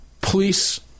police